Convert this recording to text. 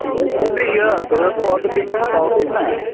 تُہۍ ؤنۍ تَو مےٚ یہِ تۄہہِ اوسُو اوتٕرٕ گِنٛدنومُت توفیٖق نا